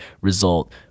result